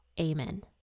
Amen